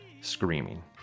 screaming